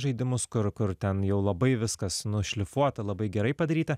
žaidimus kur kur ten jau labai viskas nušlifuota labai gerai padaryta